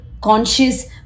conscious